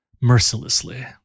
mercilessly